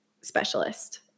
specialist